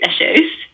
issues